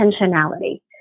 intentionality